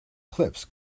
clips